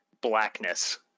blackness